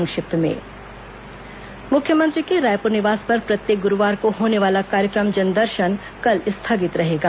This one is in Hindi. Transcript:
संक्षिप्त समाचार मुख्यमंत्री के रायपुर निवास पर प्रत्येक गुरूवार को होने वाला कार्यक्रम जनदर्शन कल स्थगित रहेगा